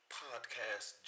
podcast